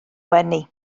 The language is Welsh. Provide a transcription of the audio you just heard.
wenu